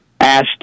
asked